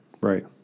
Right